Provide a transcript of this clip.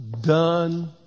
done